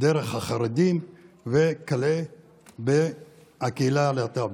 דרך החרדים וכלה בקהילה הלהט"בית.